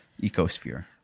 ecosphere